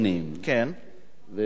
ובכל זאת,